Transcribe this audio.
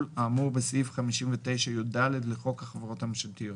האמור בסעיף 59יד לחוק החברות הממשלתיות.